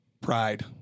pride